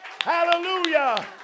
Hallelujah